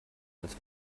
als